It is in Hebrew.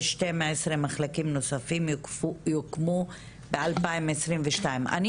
ו- 12 מחלקים נוספים יוקמו ב- 2022. אני